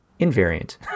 Invariant